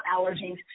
allergies